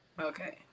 okay